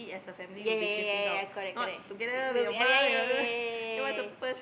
ya ya ya ya correct correct will we ya ya ya ya ya